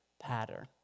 pattern